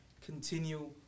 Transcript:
continue